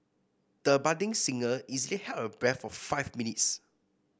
the budding singer easily held her breath for five minutes